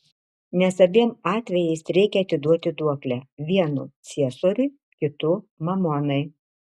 nes abiem atvejais reikia atiduoti duoklę vienu ciesoriui kitu mamonai